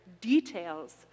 details